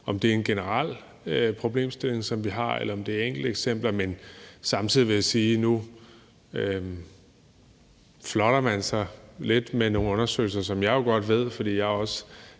om det er en generel problemstilling, som vi har, eller om det er enkelteksempler. Samtidig vil jeg sige, at man nu flotter sig lidt med nogle undersøgelser, som jeg jo godt ved, fordi jeg også